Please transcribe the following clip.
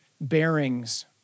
bearings